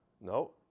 No